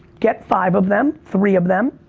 get five of them, three of them,